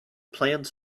plans